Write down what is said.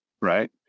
Right